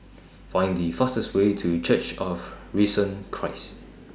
Find The fastest Way to Church of The Risen Christ